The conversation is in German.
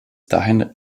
dahin